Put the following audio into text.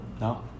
No